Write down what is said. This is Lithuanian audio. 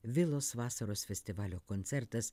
vilos vasaros festivalio koncertas